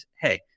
hey